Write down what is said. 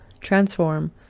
transform